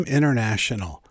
International